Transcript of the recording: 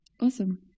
Awesome